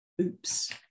Oops